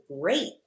great